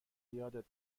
یادت